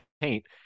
paint